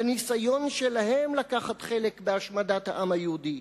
לניסיון שלהם לקחת חלק בהשמדת העם היהודי?